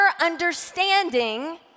understanding